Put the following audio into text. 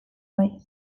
bai